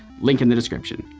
link in the description.